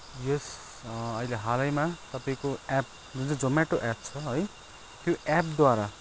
यस अहिले हालैमा तपाईँको एप्प जुन चाहिँ जोमेटो एप्प छ है त्यो एप्पद्वारा